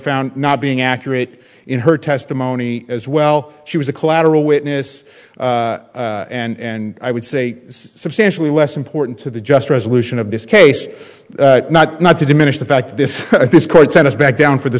found not being accurate in her testimony as well she was a collateral witness and i would say substantially less important to the just resolution of this case not not to diminish the fact that this court sent us back down for the